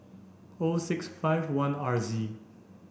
O six five one R Z